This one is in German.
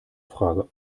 frage